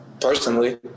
personally